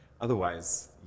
Otherwise